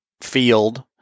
field